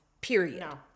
period